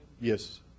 yes